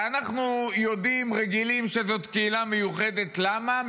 שאנחנו יודעים, רגילים שזאת קהילה מיוחדת, למה?